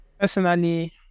Personally